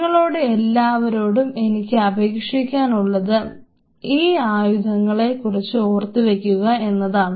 നിങ്ങളോട് എല്ലാവരോടും എനിക്ക് അപേക്ഷിക്കാൻ ഉള്ളത് ഈ ആയുധങ്ങളെ കുറിച്ച് ഓർത്തു വെക്കുക എന്നാണ്